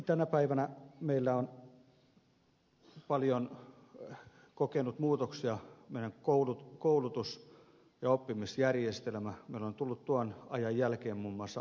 tänä päivänä on paljon kokenut muutoksia meidän koulutus ja oppimisjärjestelmämme meille on tullut tuon ajan jälkeen muun muassa ammattikorkeakoulu uudistus